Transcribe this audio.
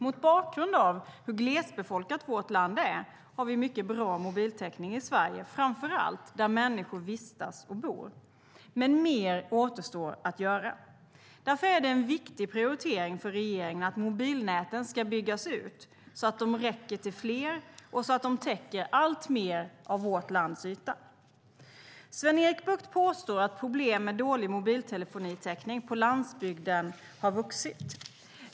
Mot bakgrund av hur glesbefolkat vårt land är har vi mycket bra mobiltäckning i Sverige, framför allt där människor vistas och bor. Men mer återstår att göra. Därför är det en viktig prioritering för regeringen att mobilnäten ska byggas ut så att de räcker till fler och så att de täcker alltmer av vårt lands yta. Sven-Erik Bucht påstår att problemen med dålig mobiltelefonitäckning på landsbygden har vuxit.